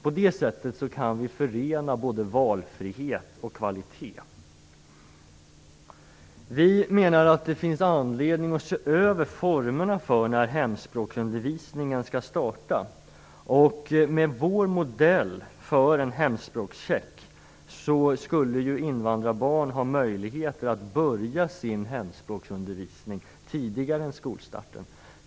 På detta sätt kan vi förena valfrihet och kvalitet. Vi i Centerpartiet menar att det finns anledning att se över formerna för när hemspråksundervisning skall starta. Med vår modell för en hemspråkscheck skulle invandrarbarn ha möjligheter att börja sin hemspråksundervisning tidigare än vid skolstarten.